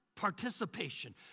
participation